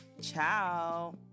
ciao